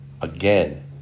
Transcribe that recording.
Again